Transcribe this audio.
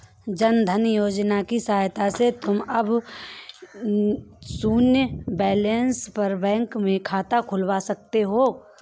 जन धन योजना की सहायता से तुम अब शून्य बैलेंस पर बैंक में खाता खुलवा सकते हो